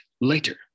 later